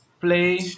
play